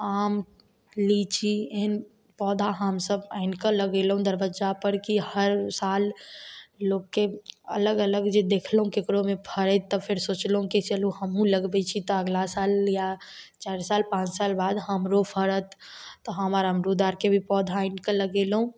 आम लीची एहन पौधा हमसब आनिकऽ लगेलहुँ दरबज्जापर कि हर साल लोकके अलग अलग देखलहुँ जे केकरोमे फड़ैत तऽ फेर सोचलहुँ कि चलु हमहुँ लगबय छी तऽ अगला साल या चार साल पॉँच साल बाद हमरो फड़त तऽ हम अमरुद आर के पौधा भी आनिकऽ लगेलहुँ